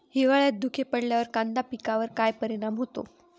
हिवाळ्यात धुके पडल्यावर कांदा पिकावर काय परिणाम होतो?